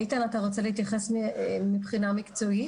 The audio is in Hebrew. איתן, אתה רוצה להתייחס מבחינה מקצועית?